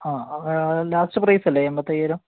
ആ അങ്ങാനെ അത് ലാസ്റ്റ് പ്രൈസേല്ല ഈ എമ്പത്തയ്യായിരം